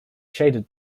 shaded